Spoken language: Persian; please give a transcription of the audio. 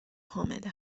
حامله